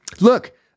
Look